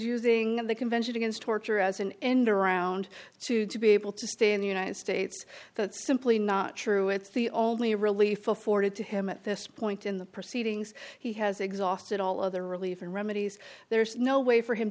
using the convention against torture as an indoor out and to to be able to stay in the united states that's simply not true it's the albany relief afforded to him at this point in the proceedings he has exhausted all other relief and remedies there is no way for him